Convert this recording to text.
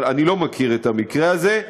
אבל אני לא מכיר את המקרה הזה.